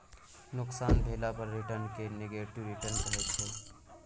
नोकसान भेला पर रिटर्न केँ नेगेटिव रिटर्न कहै छै